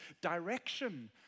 direction